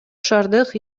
шаардык